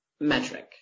metric